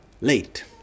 late